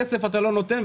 כסף אתה לא נותן,